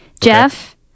Jeff